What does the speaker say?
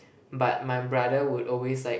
but my brother would always like